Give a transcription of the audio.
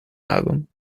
album